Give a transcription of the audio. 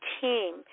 team